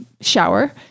shower